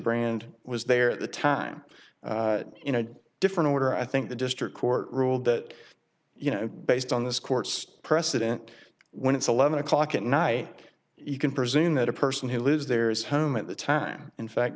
brand was there at the time in a different order i think the district court ruled that you know based on this court's precedent when it's eleven o'clock at night you can presume that a person who lives there is home at the time in fact